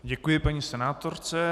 Děkuji paní senátorce.